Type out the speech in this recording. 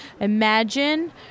Imagine